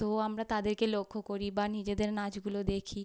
তো আমরা তাদেরকে লক্ষ করি বা নিজেদের নাচগুলো দেখি